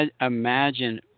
imagine